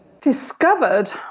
discovered